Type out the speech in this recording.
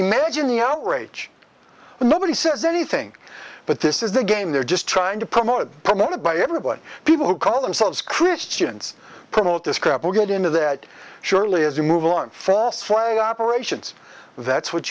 imagine the outrage and nobody says anything but this is the game they're just trying to promote promoted by everybody people who call themselves christians promote this crippled into that surely as you move along false flag operations that's what